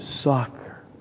soccer